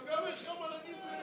עכשיו גם יש לך מה להגיד?